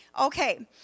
okay